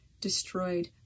destroyed